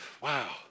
wow